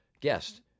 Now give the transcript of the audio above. guest